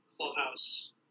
clubhouse